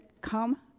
Come